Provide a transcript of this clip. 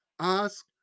Ask